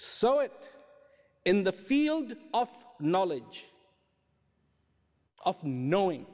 so it in the field of knowledge of knowing